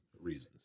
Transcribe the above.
reasons